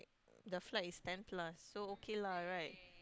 the flight is ten plus so okay lah right